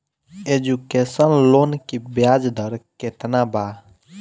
Education loan की ब्याज दर केतना बा?